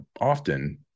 often